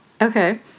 Okay